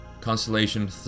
constellation